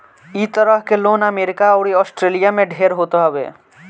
इ तरह के लोन अमेरिका अउरी आस्ट्रेलिया में ढेर होत हवे